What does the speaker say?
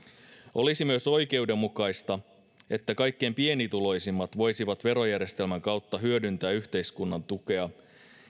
olisi myös oikeudenmukaista että kaikkein pienituloisimmat voisivat verojärjestelmän kautta hyödyntää yhteiskunnan tukea